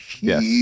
Yes